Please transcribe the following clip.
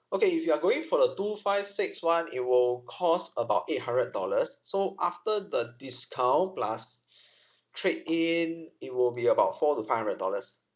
okay if you are going for the two five six one it will cost about eight hundred dollars so after the discount plus trade in it will be about four to five hundred dollars